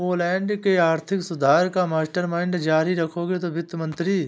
Poland के आर्थिक सुधार का मास्टरमाइंड जारी रखेंगे वित्त मंत्री